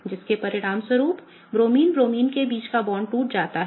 जिसके परिणामस्वरूप bromine bromine के बीच का बांड टूट जाता है